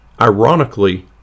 Ironically